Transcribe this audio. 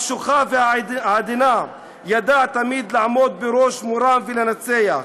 הקשוחה והעדינה, ידע תמיד לעמוד בראש מורם ולנצח.